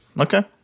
Okay